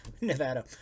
Nevada